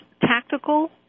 tactical